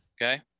Okay